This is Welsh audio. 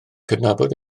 cydnabod